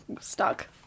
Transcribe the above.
stuck